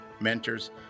mentors